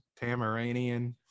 Tamaranian